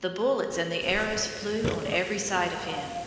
the bullets and the arrows flew on every side of him